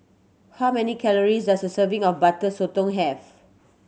how many calories does a serving of Butter Sotong have